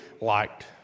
liked